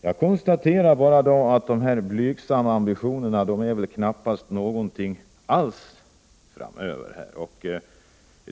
Jag kan bara konstatera att dessa blygsamma ambitioner knappast kommer att leda till någonting framöver.